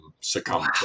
succumb